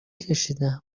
کشیدم